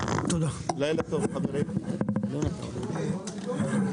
הישיבה ננעלה בשעה 20:53.